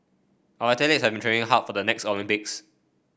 our have training hard for the next Olympics